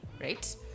right